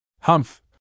Humph